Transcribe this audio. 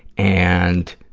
and,